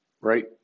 Right